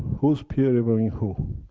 who is peer-reviewing who!